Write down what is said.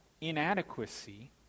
inadequacy